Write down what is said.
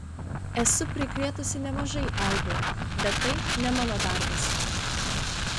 esu prikrėtusi nemažai eibių bet tai ne mano darbas